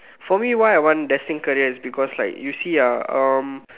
for me why I want destined career is because like you see ah um